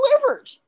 delivered